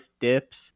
dips